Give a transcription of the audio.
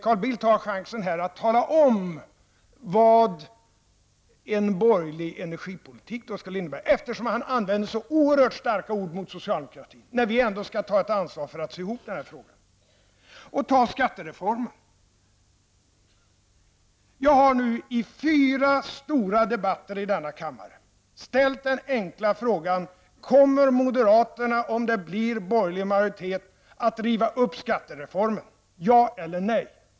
Carl Bildt har här chansen att tala om vad en borgerlig energipolitik skulle innebära, eftersom han använde så oerhört starka ord mot socialdemokratin, när vi ändå skall ta ett ansvar för att sy ihop den här frågan. Och tag skattereformen! Jag har i fyra stora debatter i denna kammare ställt den enkla frågan: Kommer moderaterna, om det blir borgerlig majoritet, att riva upp skattereformen -- ja eller nej?